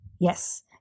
yes